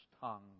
tongue